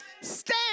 stand